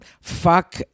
fuck